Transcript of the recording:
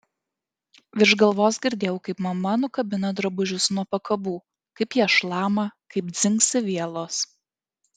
virš galvos girdėjau kaip mama nukabina drabužius nuo pakabų kaip jie šlama kaip dzingsi vielos